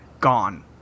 gone